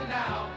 now